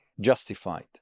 justified